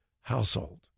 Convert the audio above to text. household